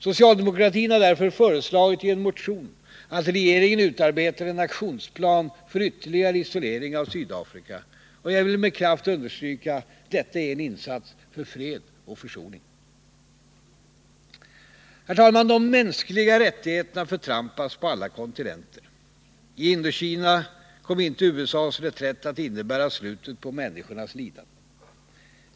Socialdemokratin har därför föreslagit, i en motion, att regeringen utarbetar en aktionsplan för ytterligare isolering av Sydafrika. Och jag vill med kraft understryka: Detta är en insats för fred och försoning. Herr talman! De mänskliga rättigheterna förtrampas på alla kontinenter. I Indokina kom inte USA:s reträtt att innebära slutet på människornas lidanden.